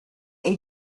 est